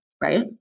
right